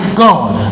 god